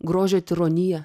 grožio tironiją